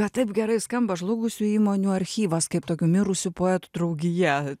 bet taip gerai skamba žlugusių įmonių archyvas kaip tokių mirusių poetų draugija